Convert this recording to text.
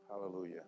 Hallelujah